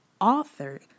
author